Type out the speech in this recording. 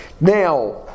Now